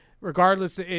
Regardless